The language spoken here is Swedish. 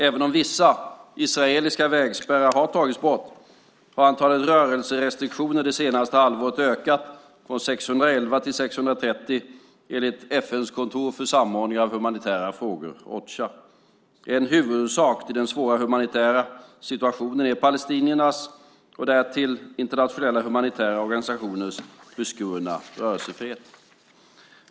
Även om vissa israeliska vägspärrar tagits bort har antalet rörelserestriktioner det senaste halvåret ökat från 611 till 630 enligt FN:s kontor för samordning av humanitära frågor, Ocha. En huvudorsak till den svåra humanitära situationen är palestiniernas - och därtill internationella humanitära organisationers - beskurna rörelsefrihet.